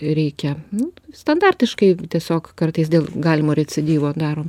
reikia nu standartiškai tiesiog kartais dėl galimo recidyvo darom